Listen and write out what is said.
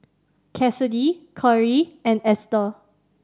Cassidy Korey and Esther